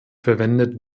verwendet